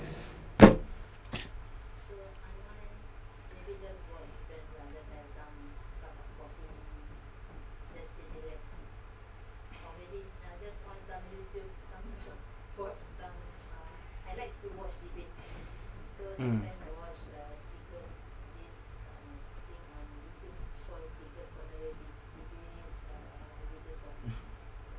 mm mm